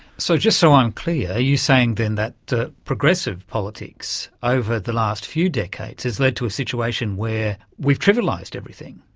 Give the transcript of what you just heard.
so just so i'm clear, are you saying then that progressive politics over the last few decades has led to a situation where we've trivialised everything.